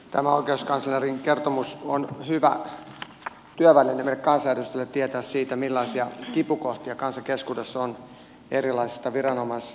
tämä oikeuskanslerin kertomus on hyvä työväline meille kansanedustajille tietää siitä millaisia kipukohtia kansan keskuudessa on erilaisista viranomaispäätöksistä tai asioista